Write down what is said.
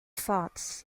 thoughts